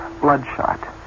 Bloodshot